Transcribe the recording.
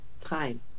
time